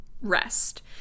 rest